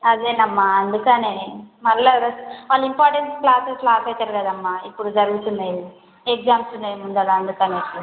అదేనమ్మా అందుకనే మళ్ళీ వాళ్ళు ఇంపార్టెంట్ క్లాస్లు ఆపేశారు కదమ్మా ఇప్పుడు జరుగుతున్నవి ఎగ్జామ్స్ ఉన్నాయి ముందర అందుకనేసి